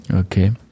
Okay